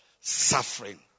Suffering